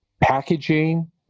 packaging